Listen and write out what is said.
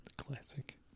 Classic